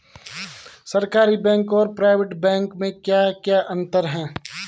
सरकारी बैंक और private bank में क्या क्या अंतर हैं?